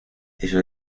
ellos